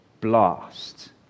blast